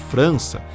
França